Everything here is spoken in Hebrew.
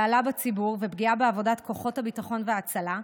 בהלה בציבור ופגיעה בעבודת כוחות הביטחון וההצלה,